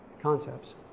Concepts